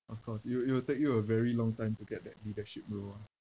of course it will it will take you a very long time to get that leadership role ah